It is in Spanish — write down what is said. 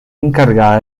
encargada